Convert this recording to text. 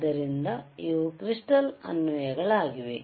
ಆದ್ದರಿಂದ ಇವು ಕ್ರಿಸ್ಟಾಲ್ ಅನ್ವಯಗಳಾಗಿವೆ